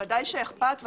בוודאי שאכפת.